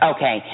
Okay